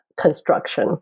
construction